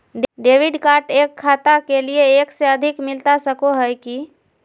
Debit card एक खाता के लिए एक से अधिक मिलता सको है की?